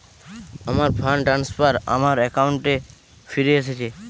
আমার fund transfer আমার অ্যাকাউন্টে ফিরে এসেছে